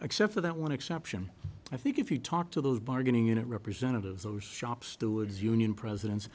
except for that want to exception i think if you talk to those bargaining unit representatives those shop stewards union presidents